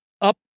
up